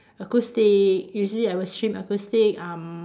acoustic usually I will stream acoustic um